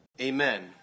Amen